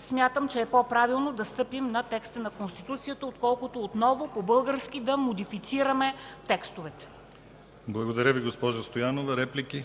Смятам, че е по-правилно да стъпим на текста на Конституцията, отколкото отново по български да модифицираме текстовете. ПРЕДСЕДАТЕЛ ДИМИТЪР ГЛАВЧЕВ: Благодаря Ви, госпожо Стоянова. Реплики?